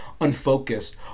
unfocused